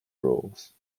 rules